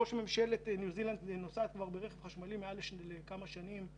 ראש ממשלת ניו זילנד נוסעת ברכב חשמלי כבר כמה שנים.